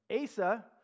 Asa